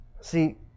See